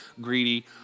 greedy